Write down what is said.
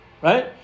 Right